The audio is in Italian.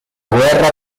guerra